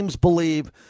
believe